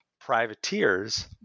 privateers